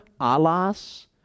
alas